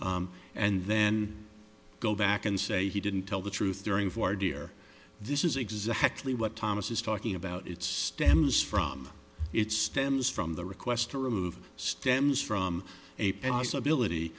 and then go back and say he didn't tell the truth during voir dire this is exactly what thomas is talking about it stems from it stems from the request to remove stems from